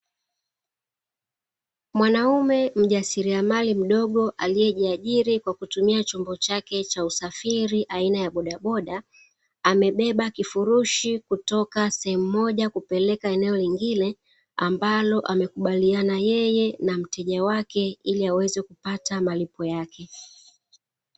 Mwanaume mjasiriamali mdogo aliye jiajiri kwa kutumia chombo chake cha usafiri aina ya bodaboda, amebeba kifurushi kutoka sehemu moja kupeleka eneo lingine ambalo amekubaliana yeye na mteja wake ili aweze kuapata malipo yake.